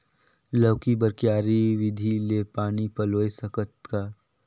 लौकी बर क्यारी विधि ले पानी पलोय सकत का?